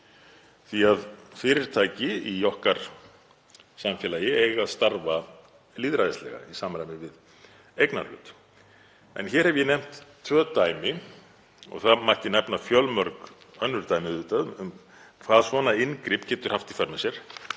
því að fyrirtæki í okkar samfélagi eiga að starfa lýðræðislega í samræmi við eignarhlut. En hér hef ég nefnt tvö dæmi. Það mætti nefna fjölmörg önnur dæmi auðvitað um hvað svona inngrip getur haft í för með sér,